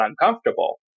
uncomfortable